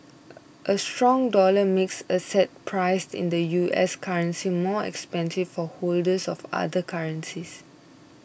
a stronger dollar makes assets priced in the US currency more expensive for holders of other currencies